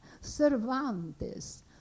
Cervantes